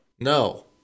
No